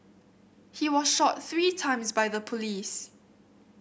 he was shot three times by the police